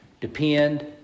depend